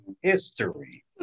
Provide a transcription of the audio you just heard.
History